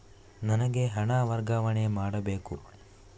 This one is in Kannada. ನನಗೆ ಹಣ ವರ್ಗಾವಣೆ ಮಾಡಬೇಕು